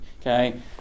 okay